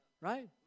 Right